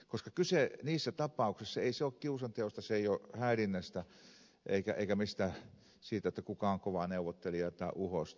ei kyse niissä tapauksissa ole kiusanteosta ei häirinnästä eikä mistään sellaisesta kuka on kova neuvottelija tai uhosta